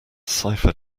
cipher